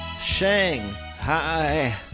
Shanghai